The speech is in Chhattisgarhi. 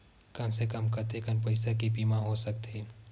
कम से कम कतेकन पईसा के बीमा हो सकथे?